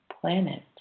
planet